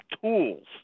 tools